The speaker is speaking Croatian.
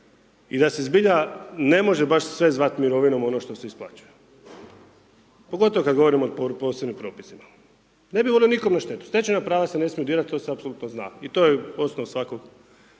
i da se zbilja ne može baš sve zvat mirovinom ono što se isplaćuje. Pogotovo kad govorimo o posebnim propisima. Ne bi volio nikome na štetu. Stečena prava se ne smiju dirat, to se apsolutno zna i to je osnov svakog